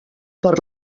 per